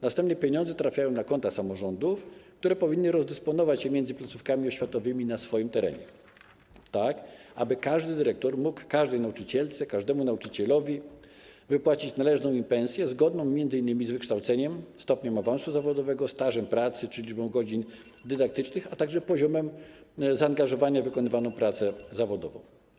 Następnie pieniądze trafiają na konta samorządów, które powinny rozdysponować je między placówkami oświatowymi na swoim terenie, tak aby każdy dyrektor mógł każdej nauczycielce, każdemu nauczycielowi wypłacić należną im pensję zgodną m.in. z wykształceniem, stopniem awansu zawodowego, stażem pracy czy liczbą godzin dydaktycznych, a także poziomem zaangażowania w wykonywaną pracę zawodową.